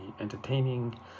entertaining